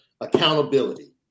Accountability